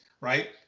right